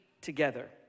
together